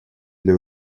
для